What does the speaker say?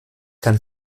kein